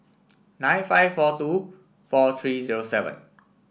nine five four two four three zero seven